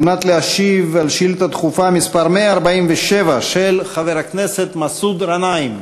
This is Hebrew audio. להשיב על שאילתה דחופה מס' 147 של חבר הכנסת מסעוד גנאים.